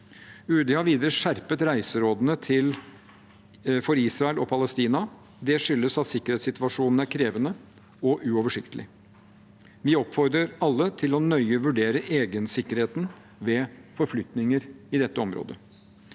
UD har videre skjerpet reiserådene for Israel og Palestina. Det skyldes at sikkerhetssituasjonen er krevende og uoversiktlig. Vi oppfordrer alle til å nøye vurdere egensikkerheten ved forflytninger i dette området.